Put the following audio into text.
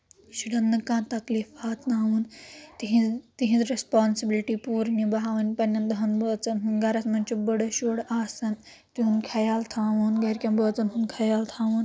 شُرٮ۪ن نہٕ کانٛہہ تکلیٖف وتناوُن تِہنٛز تِہنٛز ریسپانسِبلٹی پوٗرٕ نِبہاوٕنۍ پَننؠن دَہَن بٲژَن ہُنٛد گَرَس منٛز چھُ بٔڑٕ شُر آسَن تِہُنٛد خیال تھاوُن گَرِکؠن بٲژَن ہُنٛد خیال تھاوُن